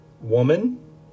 woman